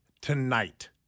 tonight